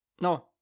no